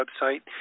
website